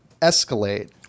escalate